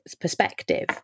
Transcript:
perspective